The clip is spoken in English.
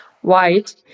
white